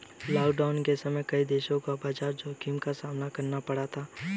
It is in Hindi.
लॉकडाउन के समय कई देशों को बाजार जोखिम का सामना करना पड़ा था